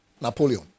Napoleon